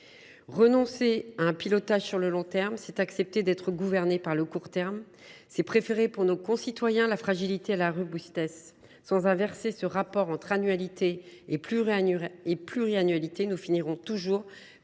Renoncer à un pilotage sur le long terme, c’est accepter d’être gouverné par le court terme, c’est préférer pour nos concitoyens la fragilité à la robustesse. Sans inverser le rapport entre annualité et pluriannualité, nous finirons toujours